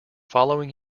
following